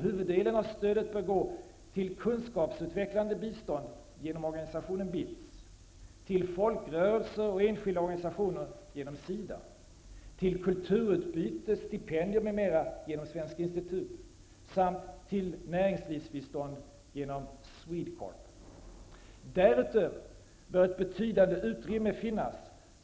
Huvuddelen av stödet bör gå Därutöver bör ett betydande utrymme finnas